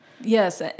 Yes